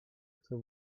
chcę